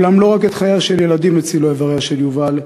אולם לא רק את חייהם של ילדים הצילו איבריה של יובל.